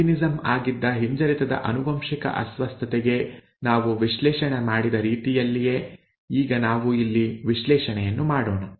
albinism ಆಗಿದ್ದ ಹಿಂಜರಿತದ ಆನುವಂಶಿಕ ಅಸ್ವಸ್ಥತೆಗೆ ನಾವು ವಿಶ್ಲೇಷಣೆ ಮಾಡಿದ ರೀತಿಯಲ್ಲಿಯೇ ಈಗ ನಾವು ಇಲ್ಲಿ ವಿಶ್ಲೇಷಣೆಯನ್ನು ಮಾಡೋಣ